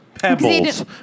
Pebbles